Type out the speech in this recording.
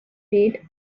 rate